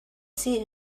see